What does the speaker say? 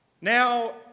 Now